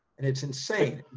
and it's insane.